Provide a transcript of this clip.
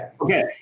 Okay